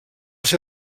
ser